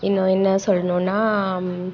இன்னும் என்ன சொல்லணுனா